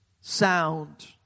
sound